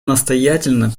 настоятельно